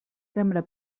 sembra